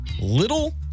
Little